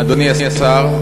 אדוני השר,